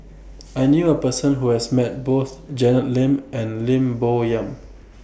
I knew A Person Who has Met Both Janet Lim and Lim Bo Yam